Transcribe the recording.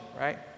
right